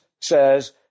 says